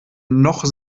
noch